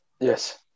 Yes